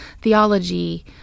theology